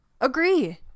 Agree